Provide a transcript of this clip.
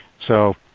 so,